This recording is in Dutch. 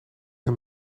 een